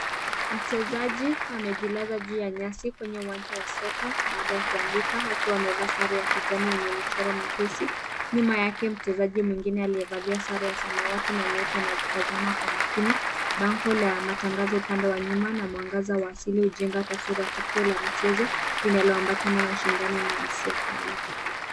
Mchezaji amejilaza juu ya nyasi kwenye uwanja wa soka baada ya kuanguka akiwa amevaa sare ya kijani yenye michoro mepesi. Nyuma yake mchezaji mwengine aliyevalia sare ya samawati na nyeupe, anatazama kwa makini. Bango la matangazo upande wa nyuma na mwangaza wa asili hujenga taswira, tukio la michezo linaloambatana na ushindani na hisia kali.